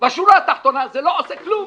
בשורה התחתונה זה לא עושה כלום.